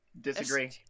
Disagree